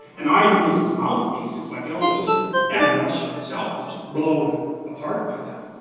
and ivan is its mouthpiece. it's like ilyusha and russia itself is just blown apart by that.